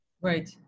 Right